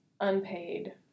unpaid